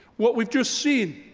what we've just seen,